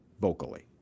vocally